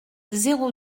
zéro